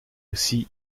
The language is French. aussi